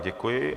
Děkuji.